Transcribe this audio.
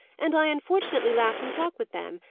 and i unfortunately laughed and talked with them,